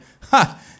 ha